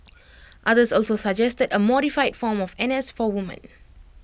others also suggested A modified form of N S for woman